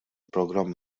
programm